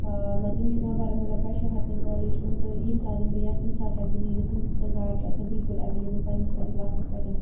مان ژٕ مےٚ چھِ پٮ۪وان بارہمولہ پٮ۪ٹھ شہر تانۍ کالیج اُن تہٕ ییٚمہِ ساتَن بہٕ یَژھٕ تٔمۍ ساتہٕ ہٮ۪کہٕ بہٕ نیٖرِتھ تہٕ گاڑِ چھُ آسان بلکل اٮ۪ولیبٕل پنٛنِس پنٛنِس وقتَس پٮ۪ٹھ